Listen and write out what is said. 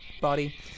body